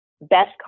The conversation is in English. best